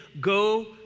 go